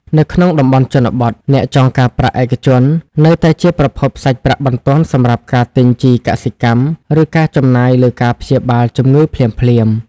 នៅក្នុងតំបន់ជនបទ អ្នកចងការប្រាក់ឯកជននៅតែជាប្រភពសាច់ប្រាក់បន្ទាន់សម្រាប់ការទិញជីកសិកម្ម ឬការចំណាយលើការព្យាបាលជំងឺភ្លាមៗ។